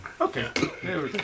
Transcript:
Okay